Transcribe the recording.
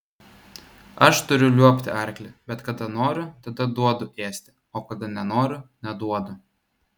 aš turiu liuobti arklį bet kada noriu tada duodu ėsti o kada nenoriu neduodu